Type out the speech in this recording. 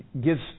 gives